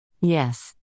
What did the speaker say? Yes